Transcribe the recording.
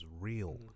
real